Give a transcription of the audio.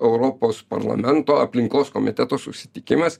europos parlamento aplinkos komiteto susitikimas